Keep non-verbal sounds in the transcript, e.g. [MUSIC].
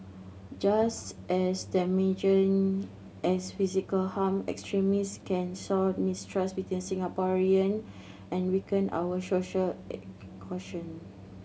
just as damaging as physical harm extremist can sow mistrust between Singaporean and weaken our social [UNINTELLIGIBLE] cohesion